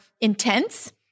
intense